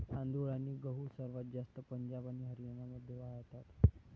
तांदूळ आणि गहू सर्वात जास्त पंजाब आणि हरियाणामध्ये वाढतात